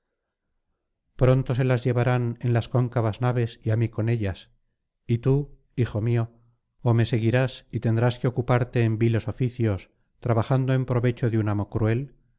pronto se las llevarán en las cóncavas naves y á mí con ellas y tú hijo mío ó me seguirás y tendrás que ocuparte en viles oficios trabajando en provecho de un amo cruel